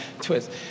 twist